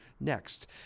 next